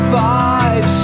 five